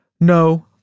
No